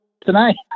tonight